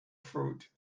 fruit